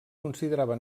considerava